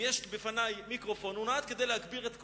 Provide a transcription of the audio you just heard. אם יש לפני מיקרופון, הוא נועד להגביר את קולי.